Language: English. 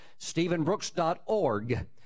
stephenbrooks.org